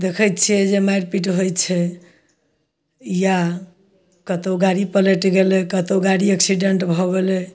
देखै छियै जे मारि पिट होइ छै या कत्तौ गाड़ी पलटि गेलै कत्तौ गाड़िये एक्सीडेन्ट भऽ गेलै